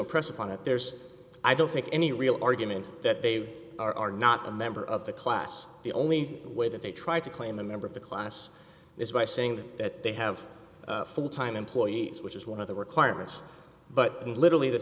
impress upon it there's i don't think any real argument that they are not a member of the class the only way that they try to claim a member of the class is by saying that they have full time employees which is one of the requirements but literally the